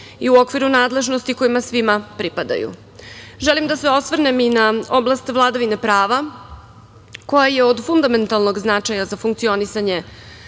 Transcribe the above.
i u okviru nadležnosti kojima svima pripadaju. Želim da se osvrnem i na oblast vladavine prava koja je od fundamentalnog značaja za funkcionisanje